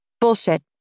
Bullshit